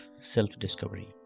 self-discovery